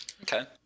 Okay